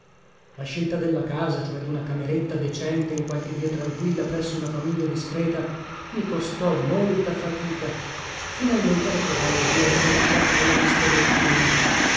la scelta della casa cioè duna cameretta decente in qualche via tranquilla presso una famiglia discreta mi costò molta fatica finalmente la trovai in via ripetta alla vista del fiume